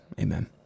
Amen